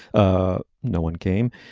ah no one came.